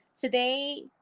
today